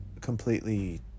completely